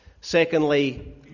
Secondly